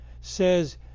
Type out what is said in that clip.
says